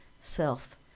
self